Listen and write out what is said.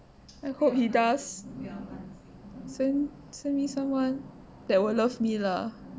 I hope he does send send me someone that will love me lah